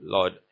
Lord